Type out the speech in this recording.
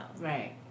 Right